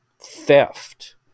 theft